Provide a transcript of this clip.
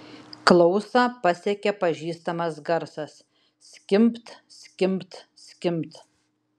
klausą pasiekė pažįstamas garsas skimbt skimbt skimbt